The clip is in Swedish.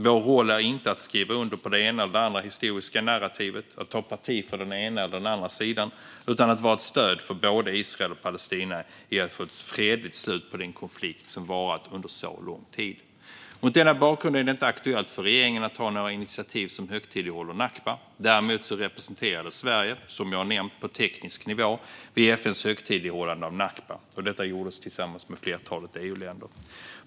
Vår roll är inte att skriva under på det ena eller det andra historiska narrativet, att ta parti för den ena eller den andra sidan, utan att vara ett stöd för både Israel och Palestina i att få ett fredligt slut på den konflikt som varat under så lång tid. Mot denna bakgrund är det inte aktuellt för regeringen att ta några initiativ som högtidlighåller nakba. Däremot representerade Sverige, som jag nämnt, på teknisk nivå vid FN:s högtidlighållande av nakba. Detta gjordes tillsammans med ett flertal EU-länder.